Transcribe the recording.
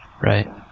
Right